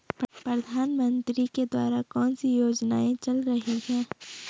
प्रधानमंत्री के द्वारा कौनसी योजनाएँ चल रही हैं?